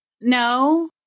no